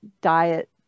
diet